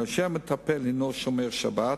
כאשר המטופל הוא שומר שבת